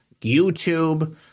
YouTube